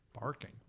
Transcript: barking